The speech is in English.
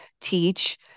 teach